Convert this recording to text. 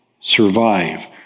survive